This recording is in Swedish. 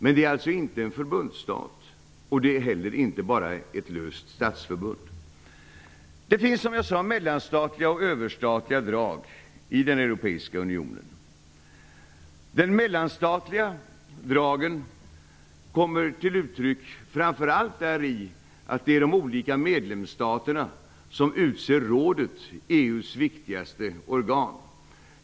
Men det är alltså inte en förbundsstat, och det är heller inte ett löst statsförbund. Som jag sade finns det mellanstatliga och överstatliga drag i den europeiska unionen. De mellanstatliga dragen kommer framför allt till uttryck i att det är de olika medlemsstaterna som utser Rådet, EU:s viktigaste organ.